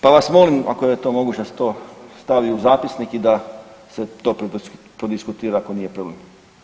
Pa vas molim ako je to moguće da se to stavi u zapisnik i da se to prodiskutira ako nije problem.